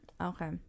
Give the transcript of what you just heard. okay